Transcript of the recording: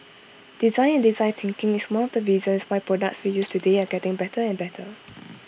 design and design thinking is one of the reasons why products we use today are getting better and better